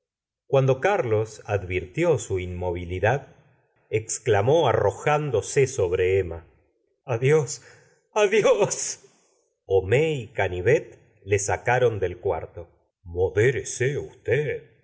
cuando carlos advirtió su inmovilidad exclamó arrojándose sobre emma adiós adiós homais y canivet le sacaron del cuarto modérese usted